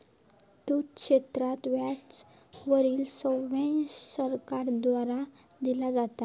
दुग्ध क्षेत्रात व्याजा वरील सब्वेंशन सरकार द्वारा दिला जाता